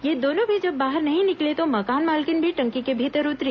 ये दोनों भी जब बाहर नहीं निकले तो मकान मालकिन भी टंकी के भीतर उतरी